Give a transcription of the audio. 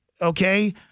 Okay